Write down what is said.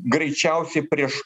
greičiausiai prieš